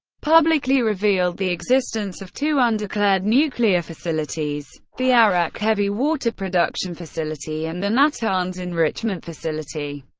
publicly revealed the existence of two undeclared nuclear facilities, the arak heavy-water production facility and the natanz enrichment facility.